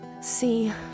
See